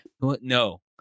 No